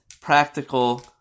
practical